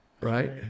Right